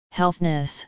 healthness